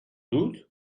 doute